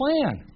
plan